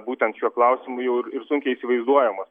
būtent šiuo klausimu jau ir ir sunkiai įsivaizduojamos